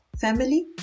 family